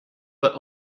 but